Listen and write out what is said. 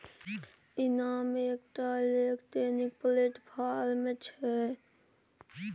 इनाम एकटा electronic platform छै